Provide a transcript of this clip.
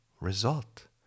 result